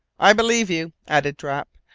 i believe you, added drap,